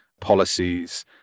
policies